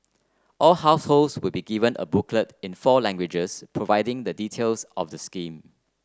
all households will also be given a booklet in four languages providing the details of the scheme